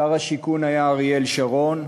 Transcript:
שר השיכון היה אריאל שרון.